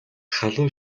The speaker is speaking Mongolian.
халуун